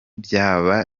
byaba